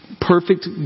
Perfect